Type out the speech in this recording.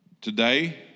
Today